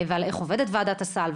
על איך עובדת ועדת הסל,